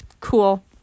cool